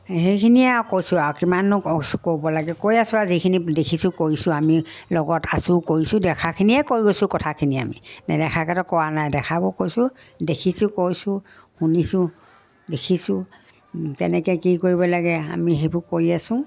সেইখিনিয়ে আও কৈছোঁ আৰু কিমানো ক'ব লাগে কৈ আছোঁ আৰু যিখিনি দেখিছোঁ কৰিছোঁ আমি লগত আছোঁ কৰিছোঁ দেখাখিনিয়ে কৈ গৈছোঁ কথাখিনি আমি নেদেখাকেতো কোৱা নাই দেখাবোৰ কৈছোঁ দেখিছোঁ কৈছোঁ শুনিছোঁ দেখিছোঁ তেনেকে কি কৰিব লাগে আমি সেইবোৰ কৰি আছোঁ